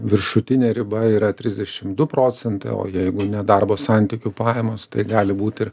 viršutinė riba yra trisdešimt du procentai o jeigu ne darbo santykių pajamos tai gali būt ir